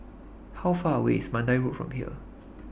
How Far away IS Mandai Road from here